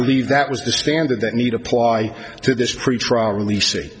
believed that was the standard that need apply to this pretrial releasing